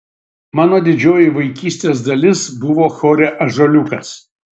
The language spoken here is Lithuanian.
mano didžioji vaikystės dalis buvo chore ąžuoliukas